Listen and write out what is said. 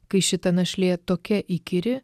kai šita našlė tokia įkyri